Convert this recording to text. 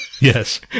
Yes